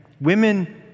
women